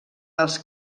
als